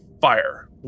fire